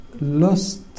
lost